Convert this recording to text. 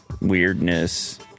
weirdness